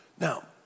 Now